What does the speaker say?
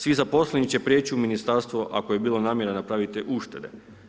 Svi zaposleni će prijeći u ministarstvo, ako je bila namjena napraviti uštede.